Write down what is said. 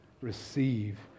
receive